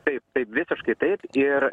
taip taip visiškai taip ir